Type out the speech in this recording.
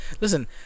Listen